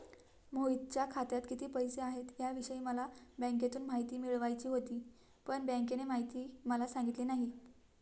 मोहितच्या खात्यात किती पैसे आहेत याविषयी मला बँकेतून माहिती मिळवायची होती, पण बँकेने माहिती मला सांगितली नाही